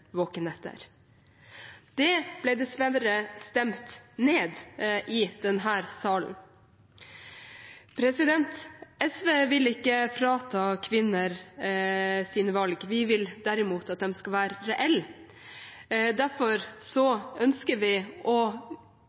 våkenetter. Det ble dessverre stemt ned i denne salen. SV vil ikke frata kvinner deres valg. Vi vil derimot at de skal være reelle. Derfor ønsker vi å